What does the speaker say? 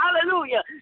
hallelujah